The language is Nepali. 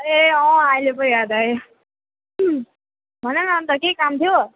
ए अँ अहिले पो याद आयो भनन अनि त के काम थियो